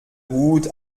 gut